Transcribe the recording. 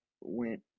went